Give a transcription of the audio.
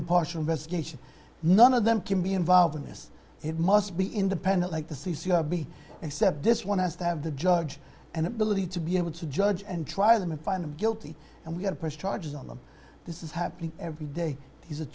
impartial investigation none of them can be involved in this it must be independent like the c c r b except this one has to have the judge and ability to be able to judge and try them and find them guilty and we have to press charges on them this is happening every day